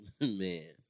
man